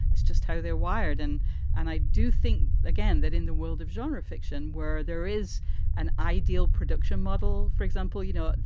that's just how they're wired. and and i do think, again, that in the world of genre fiction, where there is an ideal production model, for example, you know,